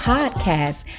Podcast